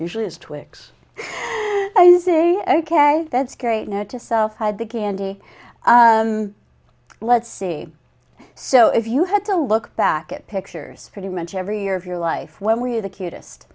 usually is twix i say ok that's great now to self hide the candy let's see so if you had to look back at pictures pretty much every year of your life when were you the cutest